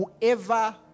whoever